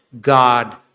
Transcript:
God